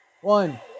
One